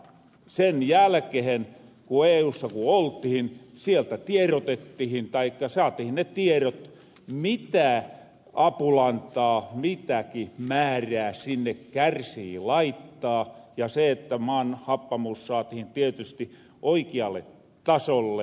sen jälkehen ku eussa ku oltihin sieltä tierotettihin taikka saatihin ne tierot mitä apulantaa mitäki määrää sinne kärsii laittaa ja se että maan happamuus saatihin tietysti oikialle tasolle